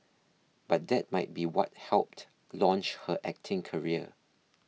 but that might be what helped launch her acting career